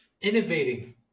innovating